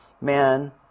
man